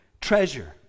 treasure